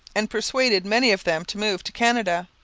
and persuaded many of them to move to canada.